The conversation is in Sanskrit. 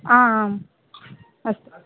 आ आ आम् अस्तु